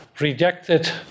rejected